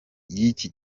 y’iki